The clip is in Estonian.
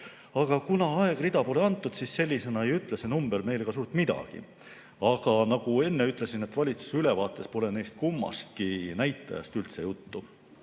Aga kuna aegrida pole antud, siis sellisena ei ütle see number meile suurt midagi. Nagu enne ütlesin, valitsuse ülevaates pole kummastki näitajast üldse juttu. Aga